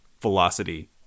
velocity